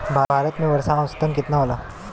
भारत में वर्षा औसतन केतना होला?